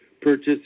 purchase